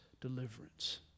Deliverance